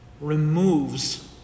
removes